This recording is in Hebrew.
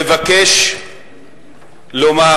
מבקש לומר,